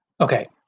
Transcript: Okay